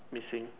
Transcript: missing